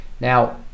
Now